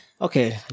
okay